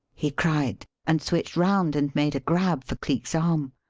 he cried, and switched round and made a grab for cleek's arm.